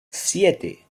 siete